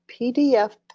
PDF